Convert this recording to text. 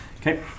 Okay